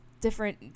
different